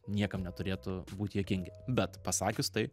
niekam neturėtų būt juokingi bet pasakius tai